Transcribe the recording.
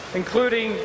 including